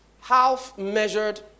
half-measured